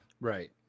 Right